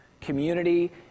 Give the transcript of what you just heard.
Community